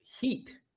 heat